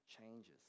changes